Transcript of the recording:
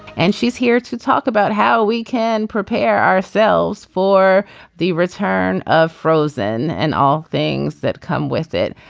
and she's here to talk about how we can prepare ourselves for the return of frozen and all things that come with it.